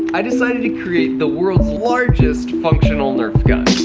i decided to create the world's largest functional nerf gun.